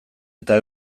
eta